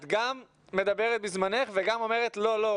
את גם מדברת בזמנך וגם אומרת 'לא לא,